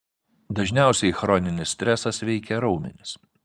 dažniausiai chroninis stresas veikia raumenis